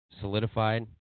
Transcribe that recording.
solidified